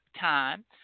time